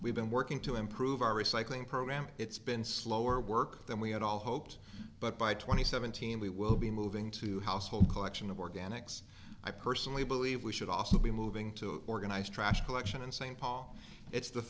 we've been working to improve our recycling program it's been slower work than we had all hoped but by twenty seventeen we will be moving to household collection of organics i personally believe we should also be moving to organize trash collection in st paul it's the